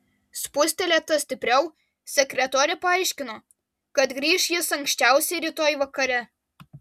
spustelėta stipriau sekretorė paaiškino kad grįš jis anksčiausiai rytoj vakare